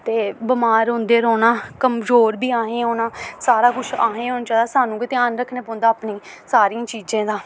ते बमार होंदे रौह्ना कमजोर बी असें होना सारा कुछ असें होना चाहिदा सानूं गै ध्यान रक्खने पौंदा अपनी सारियें चीज़ें दा